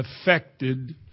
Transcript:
affected